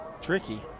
tricky